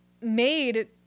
made